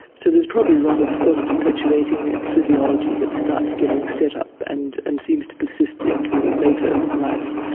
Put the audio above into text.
so there's probably a lot of self-perpetuating physiology that starts getting set up and and seems to persist into later life.